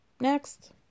Next